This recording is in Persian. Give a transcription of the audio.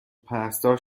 پرستار